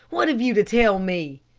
what have you to tell me?